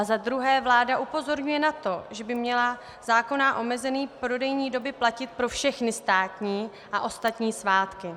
Za druhé vláda upozorňuje na to, že by měla zákonná omezení prodejní doby platit pro všechny státní a ostatní svátky.